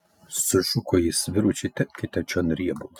sušuko jis vyručiai tempkite čion riebalus